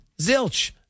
zilch